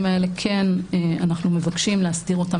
אנחנו כן מבקשים להסדיר את הדברים האלה